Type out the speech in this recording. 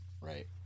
right